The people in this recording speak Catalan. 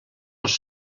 els